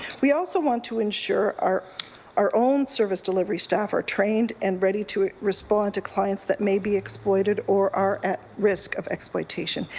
we also want to ensure our our own service delivery staff are trained and ready to respond to clients that may be exploited or are at risk of exploitation.